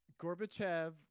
Gorbachev